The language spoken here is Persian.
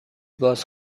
باز